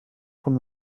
from